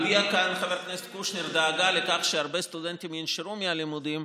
הביע כאן חבר הכנסת קושניר דאגה לכך שהרבה סטודנטים ינשרו מהלימודים.